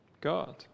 God